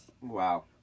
Wow